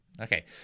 Okay